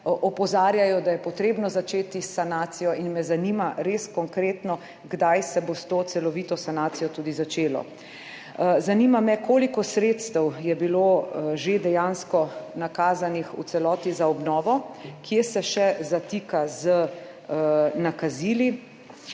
opozarjajo, da je potrebno začeti s sanacijo. In me zanima, res konkretno, kdaj se bo s to celovito sanacijo tudi začelo. Zanima me, koliko sredstev je bilo že dejansko nakazanih v celoti za obnovo., kje se še zatika z nakazili.